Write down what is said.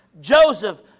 Joseph